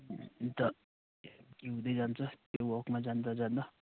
अन्त हुँदै जान्छ त्यो वकमा जाँदा जाँदा